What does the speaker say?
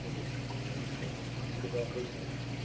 ए हुन्छ हुन्छ हामीले गर्दैछौँ